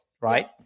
Right